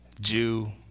Jew